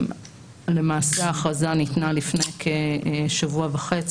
למעשה ההכרזה ניתנה לפני שבוע וחצי,